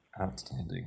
Outstanding